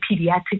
pediatric